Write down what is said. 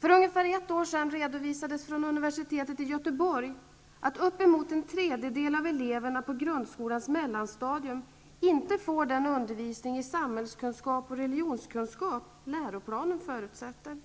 För ungefär ett år sedan redovisades från universitetet i Göteborg att upp emot en tredjedel av eleverna på grundskolans mellanstadium inte får den undervisning i samhällskunskap och religionskunskap läroplanen förutsätter.